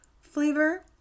flavor